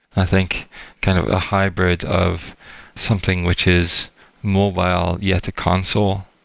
i think kind of a hybrid of something, which is mobile, yet a console,